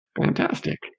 Fantastic